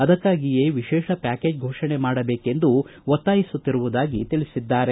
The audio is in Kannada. ಅದಕ್ಕಾಗಿಯೇ ವಿಶೇಷ ಪ್ಲಾಕೇಜ್ ಫೋಷಣೆ ಮಾಡಬೇಕೆಂದು ಒತ್ತಾಯಿಸುತ್ತಿರುವುದಾಗಿ ತೀಳೀಸಿದ್ದಾರೆ